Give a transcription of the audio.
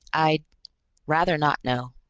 i'd rather not know.